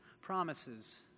promises